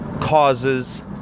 causes